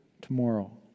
tomorrow